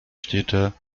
städte